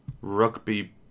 Rugby